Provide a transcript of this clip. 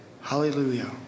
Hallelujah